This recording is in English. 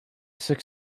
six